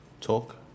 Talk